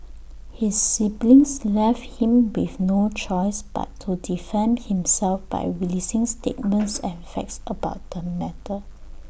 his siblings left him with no choice but to defend himself by releasing statements and facts about the matter